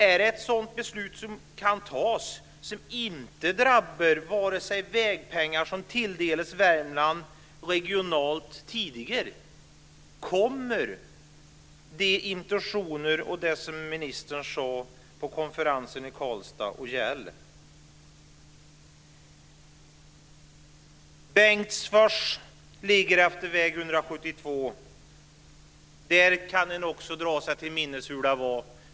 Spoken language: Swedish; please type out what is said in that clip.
Är det ett sådant beslut som kan fattas, dvs. ett beslut som inte drabbar de vägpengar som tidigare tilldelats Värmland regionalt? Kommer de intentioner som framkom och det som ministern sade på konferensen i Karlstad att gälla? Bengtsfors ligger efter väg 172. Där kan man också dra sig till minnet hur det varit.